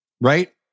right